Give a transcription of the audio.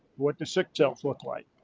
what do sick cells look like?